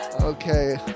Okay